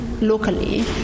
locally